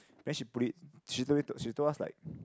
then she put it she told us she told us like